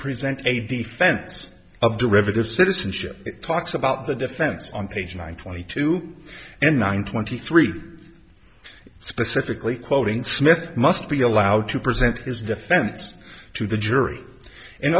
present a defense of derivatives citizenship it talks about the defense on page one twenty two and nine twenty three specifically quoting smith must be allowed to present his defense to the jury in